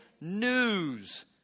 news